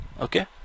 okay